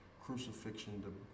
crucifixion